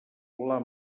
volar